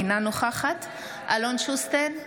אינה נוכחת אלון שוסטר,